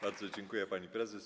Bardzo dziękuję, pani prezes.